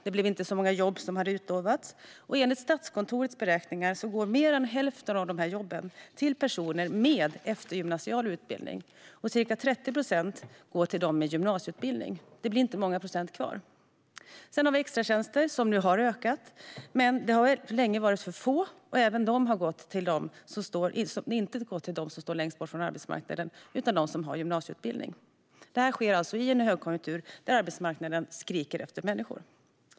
Det blev inte så många jobb som det utlovades. Enligt Statskontorets beräkningar går dessutom mer än hälften av de jobben till personer med eftergymnasial utbildning, och ca 30 procent går till dem som har gymnasieutbildning. Det blir inte många procent kvar. Sedan har vi extratjänster, som nu har ökat. Men de har länge varit få, och de har inte heller gått till dem som står absolut längst bort från arbetsmarknaden utan till dem som har gymnasieutbildning. Detta sker alltså i en högkonjunktur där arbetsmarknaden skriker efter folk.